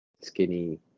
skinny